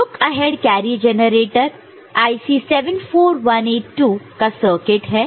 तो यह look ahead carry generator IC 74182 का सर्किट है